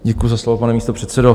Děkuji za slovo, pane místopředsedo.